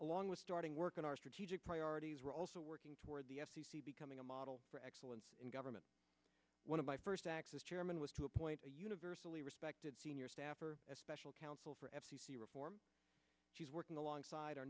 along with starting work in our strategic priorities we're also working toward the f c c becoming a model for excellence in government one of my first access chairman was to appoint a universally respected senior staffer a special counsel for f c c reform she's working alongside our